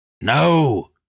No